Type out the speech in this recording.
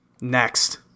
Next